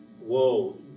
Whoa